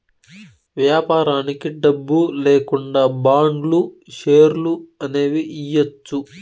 వ్యాపారానికి డబ్బు లేకుండా బాండ్లు, షేర్లు అనేవి ఇయ్యచ్చు